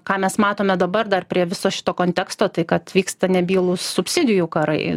ką mes matome dabar dar prie viso šito konteksto tai kad vyksta nebylūs subsidijų karai